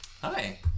hi